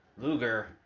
Luger